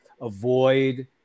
avoid